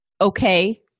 okay